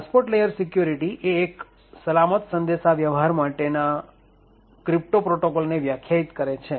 transport layer security એ એક સલામત સંદેશાવ્યવહાર માટેના તો ક્રીપ્ટો પ્રોટોકોલ ને વ્યાખ્યાયિત કરે છે